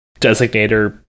designator